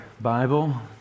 Bible